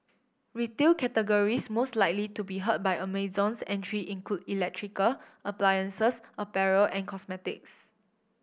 retail categories most likely to be hurt by Amazon's entry include electrical appliances apparel and cosmetics